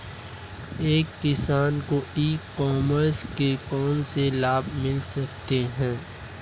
एक किसान को ई कॉमर्स के कौनसे लाभ मिल सकते हैं?